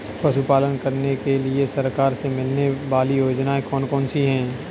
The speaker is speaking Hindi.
पशु पालन करने के लिए सरकार से मिलने वाली योजनाएँ कौन कौन सी हैं?